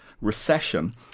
recession